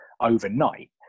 overnight